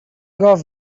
گاو